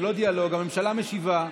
זה לא דיאלוג, הממשלה משיבה.